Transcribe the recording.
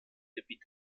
gebiet